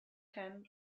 ten